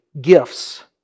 gifts